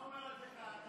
מה אומר על זה כהנא?